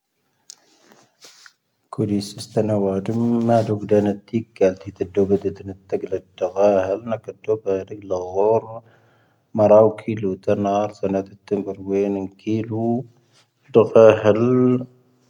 ⵇⵓⴷⵉⵙⵉⵙ ⵜⴰⵏⴰ ⵡⴰ ⴰⴷⵓⵎⵎⴰ ⴰⴷⵓ ⴳⵓⴷⴰⵏⴰⵜⵉⴽⴰ ⴰⵍⵜⵀⵉ ⵜⴰⴷⴷⵓⴱⴰ ⵜⴰⴷⴷⴰ ⴳⵓⴷⴰⵏⴰⵜⴰⴽⴰ. ⴰⵍⵏⴰⴽⴰ ⵜⴷⴷⵓⴱⴰ ⵔⵉⵍⴰⴳⵀoⵔ ⵎⴰⵔⴰⵡ ⴽⵉⵍⵓ ⵜⴰⵏⴰ ⴰⵔⵜⵀⴰⵏⴰⵜⵉⵜⵉⵏ ⴱⵓⵔⵡⴻⵏⵉⵏ ⴽⵉⵍⵓ ⵜⴰⴷⴷⴰ ⴳⵓⴷⴰⵏⴰⵜⵉⴽⴰ ⴰⵍⵜⵀⵉ ⵜⴰⴷⴷⴰ ⴳⵓⴷⴰⵏⴰⵜⴰⴽⴰ.